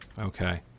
Okay